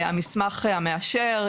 המסמך המאשר,